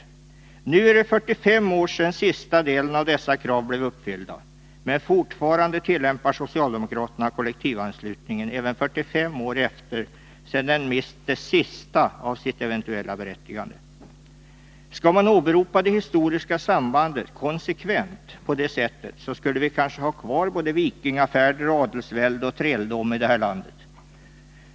Det är nu 45 år sedan de sista av dessa krav blev uppfyllda. Men fortfarande tillämpar socialdemokraterna kollektivanslutning, även 45 år sedan den mist det sista av sitt eventuella berättigande. Skall man åberopa det historiska sambandet konsekvent på det sättet, så skulle vi kanske ha kvar både vikingafärder, adelsvälde och träldom i det här landet.